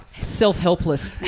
Self-helpless